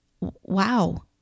wow